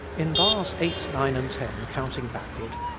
in bars eight, nine, and ten, counting backward,